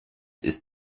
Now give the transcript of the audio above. ist